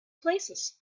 places